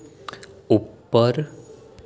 ઉપર